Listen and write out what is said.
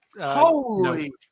Holy –